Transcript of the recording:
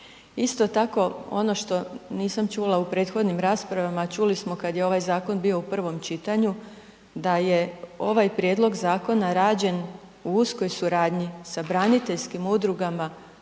Isto tako, ono što nisam čula u prethodnim raspravama, a čuli smo kad je ovaj zakon bio u prvom čitanju, da je ovaj prijedlog zakona rađen u uskoj suradnji sa braniteljskim udrugama